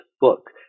book